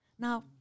Now